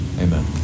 Amen